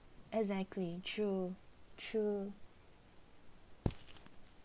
exactly true true